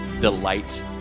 delight